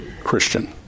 Christian